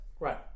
Right